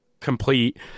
complete